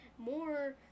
more